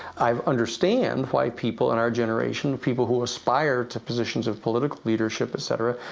i understand why people in our generation, people who aspire to positions of political leadership, etc,